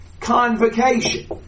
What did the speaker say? Convocation